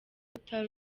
utari